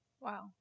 Wow